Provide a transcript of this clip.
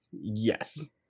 Yes